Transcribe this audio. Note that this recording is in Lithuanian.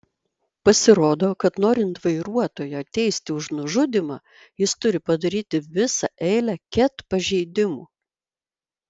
pasirodo kad norint vairuotoją teisti už nužudymą jis turi padaryti visą eilę ket pažeidimų